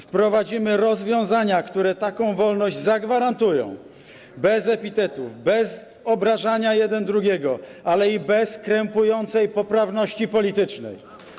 Wprowadzimy rozwiązania, które taką wolność zagwarantują, bez epitetów, bez obrażania jeden drugiego, ale i bez krępującej poprawności politycznej.